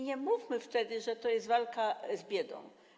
Nie mówmy wtedy, że to jest walka z biedą.